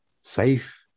safe